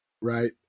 right